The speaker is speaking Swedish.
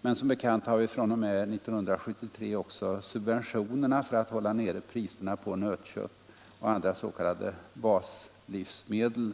Men som bekant har vi fr.o.m. 1973 också subventioner för att hålla nere priserna på nötkött och andra s.k. baslivsmedel.